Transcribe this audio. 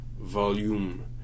Volume